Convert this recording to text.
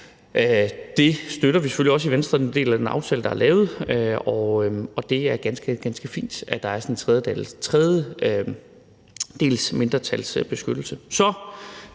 Det støtter vi selvfølgelig også i Venstre. Vi er en del af den aftale, der er lavet, og det er ganske, ganske fint, at der er sådan en tredjedelsmindretalsbeskyttelse.